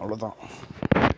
அவ்வளோதான்